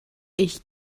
ich